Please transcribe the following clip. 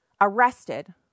arrested